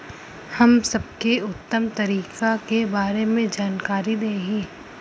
हम सबके उत्तम तरीका के बारे में जानकारी देही?